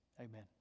Amen